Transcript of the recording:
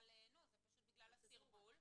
פשוט בגלל הסרבול.